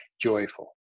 joyful